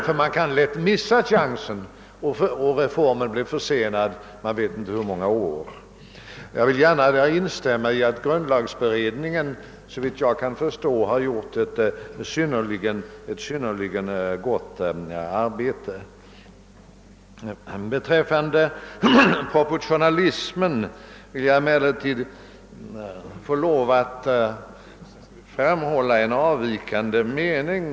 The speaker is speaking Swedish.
Man kan nämligen lätt missa chansen så att reformen blir försenad, man vet inte för hur många år. Jag vill gärna instämma i att grundlagberedningen såvitt jag kan förstå har gjort ett synnerligen gott arbete. Beträffande proportionalismen får jag emellertid lov att framhålla en från herr Erlanders avvikande mening.